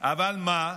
אבל מה,